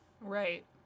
Right